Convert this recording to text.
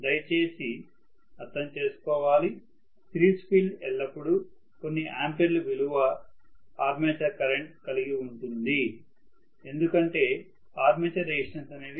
దయ చేసి అర్థం చేసుకోవాలి సిరీస్ ఫీల్డ్ ఎల్లప్పుడూ కొన్ని ఆంపియర్లు విలువ ఉన్న ఆర్మేచర్ కరెంట్ను కలిగి ఉంటుంది ఎందుకంటే ఆర్మేచర్ రెసిస్టెన్స్ అనేది 0